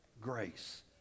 grace